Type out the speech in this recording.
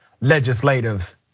legislative